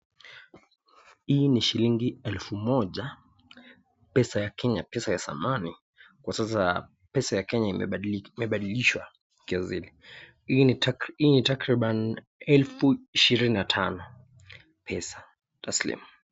Hii ni shillingi elfu moja pesa ya Kenya, pesa ya zamani kwa sasa pesa ya Kenya imebadilishwa kiasili. Hii ni takriban elfu ishirini na tano pesa taslimu.